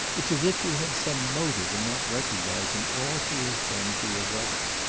it's as if you had some motive in not recognising all she has done for your brother,